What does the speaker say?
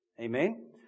Amen